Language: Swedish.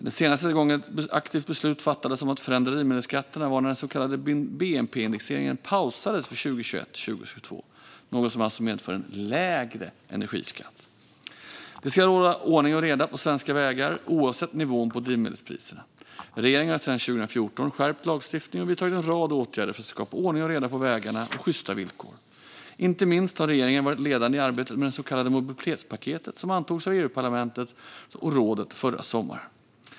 Den senaste gången ett aktivt beslut fattades om att förändra drivmedelsskatterna var när den så kallade bnp-indexeringen pausades för 2021 och 2022, något som medför en lägre energiskatt. Det ska råda ordning och reda på svenska vägar oavsett nivån på drivmedelspriserna. Regeringen har sedan 2014 skärpt lagstiftningen och vidtagit en rad åtgärder för att skapa ordning och reda på vägarna och sjysta villkor. Inte minst har regeringen varit ledande i arbetet med det så kallade mobilitetspaketet, som antogs av EU-parlamentet och rådet förra sommaren.